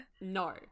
no